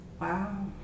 Wow